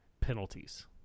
penalties